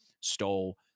stole